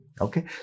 Okay